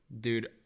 Dude